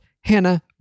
Hannah